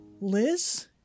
Liz